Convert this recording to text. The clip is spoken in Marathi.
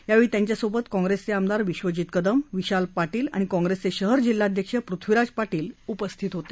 यावेळी त्यांच्यासोबत कॉग्रेसचे आमदार विश्वजीत कदम विशाल पाटील आणि कॉग्रेसचे शहर जिल्हाध्यक्ष पृथ्वीराज पाटील उपस्थित होते